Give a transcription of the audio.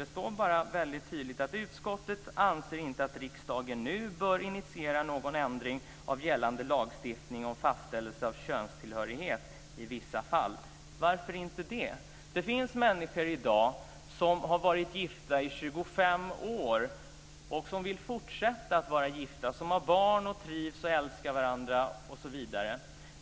Det står bara att "utskottet anser inte att riksdagen nu bör initiera någon ändring av gällande lagstiftning om fastställelse av könstillhörighet i vissa fall". Varför inte det? Det finns människor i dag som har varit gifta i 25 år och som vill fortsätta att vara gifta, som har barn, trivs och älskar varandra osv.,